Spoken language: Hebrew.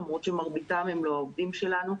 למרות שמרביתם הם לא העובדים שלנו,